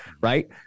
right